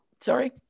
Sorry